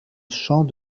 champ